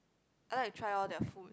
I like try all their food